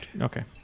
Okay